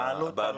הבעלות.